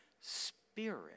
spirit